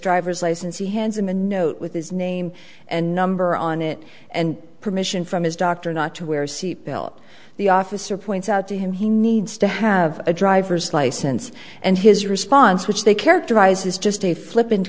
driver's license he hands him a note with his name and number on it and permission from his doctor not to wear seat belt the officer points out to him he needs to have a driver's license and his response which they characterized as just a flipp